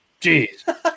Jeez